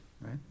Right